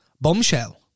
Bombshell